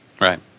Right